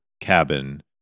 cabin